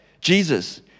Jesus